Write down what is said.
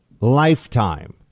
lifetime